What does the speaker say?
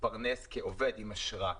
להתפרנס כעובד עם אשרה.